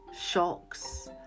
shocks